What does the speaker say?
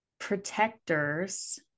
protectors